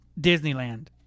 disneyland